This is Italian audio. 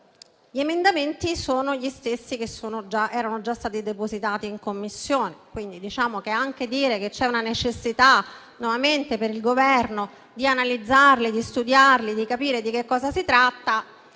Gli emendamenti sono gli stessi che erano già stati depositati in Commissione, quindi anche dire che c'è una necessità per il Governo di analizzarli e di studiarli per capire di che cosa si tratta